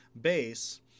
base